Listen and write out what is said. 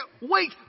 wait